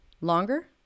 longer